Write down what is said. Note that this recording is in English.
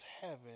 heaven